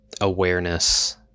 awareness